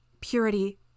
Purity